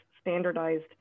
standardized